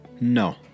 No